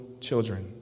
children